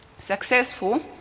successful